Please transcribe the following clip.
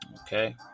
Okay